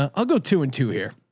ah i'll go two and two here.